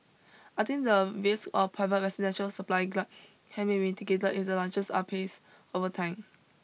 I think the risk of private residential supply glut can be mitigated if the lunches are paced over time